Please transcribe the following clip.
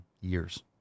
years